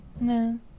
no